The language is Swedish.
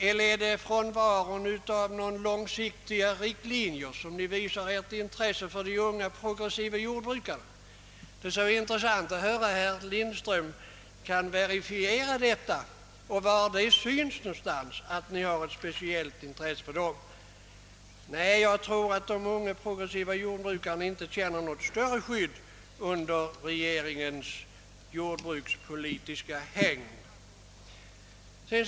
Eller visar ni ert intresse för de unga, progressiva jordbrukarna genom frånvaron av långsiktiga riktlinjer? | Det skulle vara intressant om herr Lindström vill styrka sitt påstående, och tala om på vilket sätt socialdemokraterna har ett speciellt intresse för denna kategori. Jag tror för min del att de unga, progressiva jordbrukarna inte känner sig ha något större skydd under regeringens jordbrukspolitiska hägn.